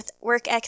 work